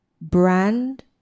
brand